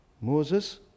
Moses